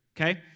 okay